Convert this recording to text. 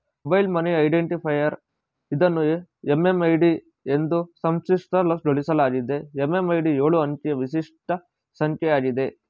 mobile money identifier ಇದನ್ನು MMID ಎಂದೂ ಸಂಕ್ಷಿಪ್ತಗೊಳಿಸಲಾಗಿದೆ ಎಂ.ಎಂ.ಐ.ಡಿ ಎಳು ಅಂಕಿಯ ವಿಶಿಷ್ಟ ಸಂಖ್ಯೆ ಆಗಿದೆ